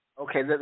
Okay